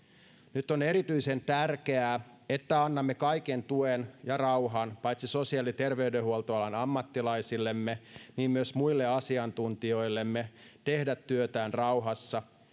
nyt on erityisen tärkeää että annamme kaiken tuen ja rauhan paitsi sosiaali ja terveydenhuoltoalan ammattilaisillemme myös muille asiantuntijoillemme tehdä työtään rauhassa